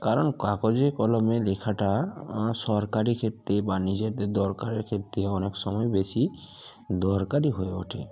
কারণ কাগজে কলমে লেখাটা আমার সরকারি ক্ষেত্রে বা নিজেদের দরকারের ক্ষেত্রে অনেক সময় বেশি দরকারি হয়ে ওঠে